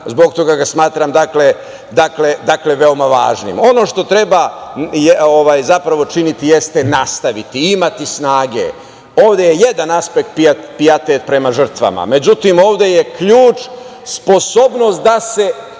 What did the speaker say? zbog toga ga smatram veoma važnim. Ono što treba činiti jeste nastaviti, imati snage. Ovde je jedan aspekt pijetet prema žrtvama. Međutim ovde je ključ sposobnost da se